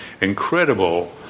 incredible